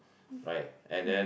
right and then